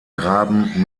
graben